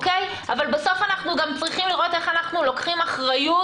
אבל בסוף אנחנו גם צריכים לראות איך אנחנו לוקחים אחריות